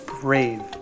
brave